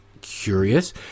curious